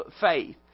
faith